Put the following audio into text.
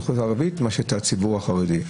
מאשר את הציבור החרדי.